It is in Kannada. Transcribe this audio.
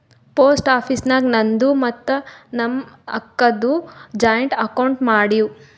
ಪೋಸ್ಟ್ ಆಫೀಸ್ ನಾಗ್ ನಂದು ಮತ್ತ ನಮ್ ಅಕ್ಕಾದು ಜಾಯಿಂಟ್ ಅಕೌಂಟ್ ಮಾಡಿವ್